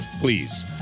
please